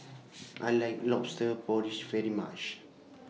I like Lobster Porridge very much